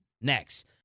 next